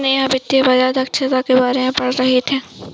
नेहा वित्तीय बाजार दक्षता के बारे में पढ़ रही थी